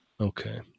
Okay